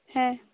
ᱦᱮᱸ